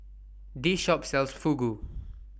This Shop sells Fugu